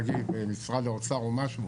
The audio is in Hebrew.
נגיד משרד האוצר או משהו,